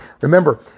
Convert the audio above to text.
Remember